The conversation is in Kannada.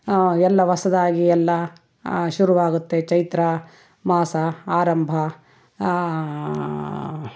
ಎಲ್ಲ ಹೊಸ್ದಾಗಿ ಎಲ್ಲ ಶುರುವಾಗುತ್ತೆ ಚೈತ್ರ ಮಾಸ ಆರಂಭ